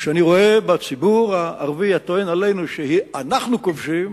שאני רואה בציבור הערבי הטוען עלינו שאנחנו כובשים,